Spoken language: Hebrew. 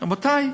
רבותי,